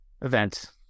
event